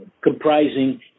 comprising